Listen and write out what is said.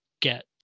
get